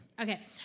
Okay